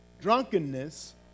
drunkenness